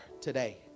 today